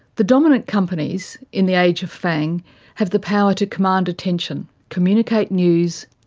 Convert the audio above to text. the dominant companies in the age of fang have the power to command attention, communicate news,